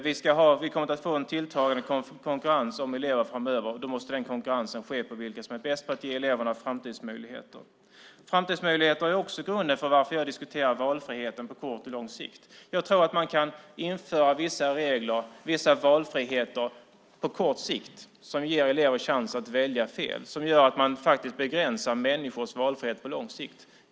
Vi kommer att få en tilltagande konkurrens om elever framöver, och den måste grundas på vilka som är bäst på att ge eleverna framtidsmöjligheter. Framtidsmöjligheter är också grunden till att jag diskuterar valfriheten på kort och lång sikt. Jag tror att man kan införa vissa regler och viss valfrihet på kort sikt som gör att elever kan välja fel. Man begränsar på det sättet människors valfrihet på lång sikt.